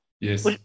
Yes